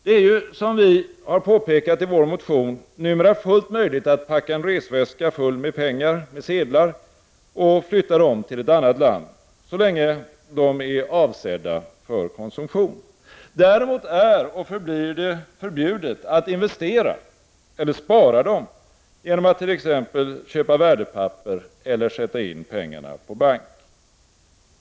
Det är, som vi har påpekat i vår motion, numera fullt möjligt att packa en resväska full med sedlar och flytta dem till ett annat land, så länge dessa pengar är avsedda för konsumtion. Däremot är och förblir det förbjudet att investera eller spara dem genom att t.ex. köpa värdepapper eller sätta in dem på bank.